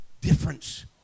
difference